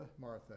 Martha